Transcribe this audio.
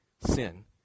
sin